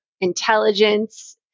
intelligence